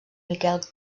miquel